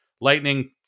Lightning